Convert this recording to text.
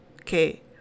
okay